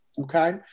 okay